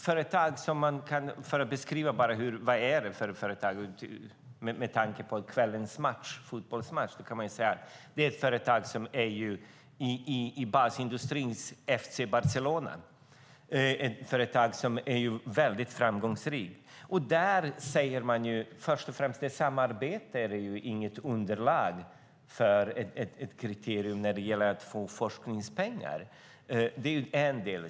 För att beskriva vad det är för företag kan man säga, med tanke på kvällens fotbollsmatch, att det är ett företag som är basindustrins FC Barcelona - ett företag som är väldigt framgångsrikt. Först och främst är samarbete inget kriterium när det gäller att få forskningspengar.